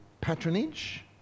patronage